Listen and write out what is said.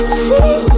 see